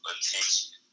attention